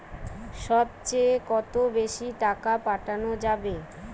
সব চেয়ে কত বেশি টাকা পাঠানো যাবে?